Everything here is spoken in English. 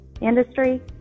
industry